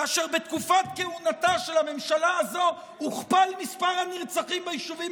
כאשר בתקופת כהונתה של הממשלה הזו הוכפל מספר הנרצחים ביישובים